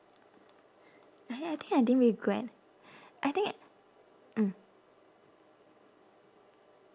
and then I think I didn't regret I think mm